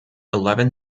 eleven